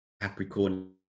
capricorn